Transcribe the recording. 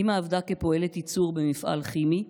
אימא עבדה כפועלת ייצור במפעל כימי,